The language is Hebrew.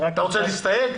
אתה רוצה להסתייג?